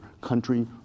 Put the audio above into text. country